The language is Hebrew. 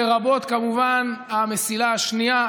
לרבות כמובן המסילה השנייה,